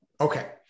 Okay